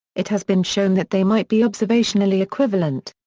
it has been shown that they might be observationally equivalent.